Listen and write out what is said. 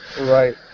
Right